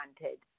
wanted